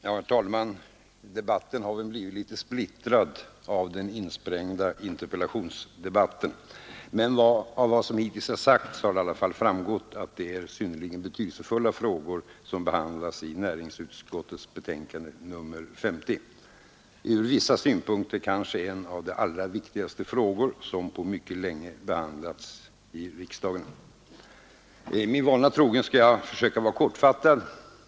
Herr talman! Diskussionen har väl blivit litet splittrad genom den insprängda interpellationsdebatten. Av vad som hittills sagts har emellertid framgått att det är synnerligen betydelsefulla frågor som behandlas i näringsutskottets betänkande nr 50 — från vissa synpunkter kanske en av de allra viktigaste frågor som på mycket länge behandlats i riksdagen. Min vana trogen skall jag försöka vara kortfattad.